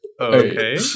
Okay